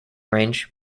range